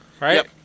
Right